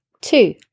two